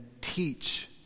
teach